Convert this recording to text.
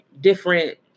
different